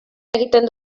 egiten